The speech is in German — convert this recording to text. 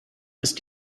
ist